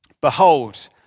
Behold